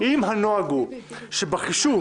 אם הנוהג הוא שבחישוב